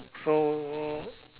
so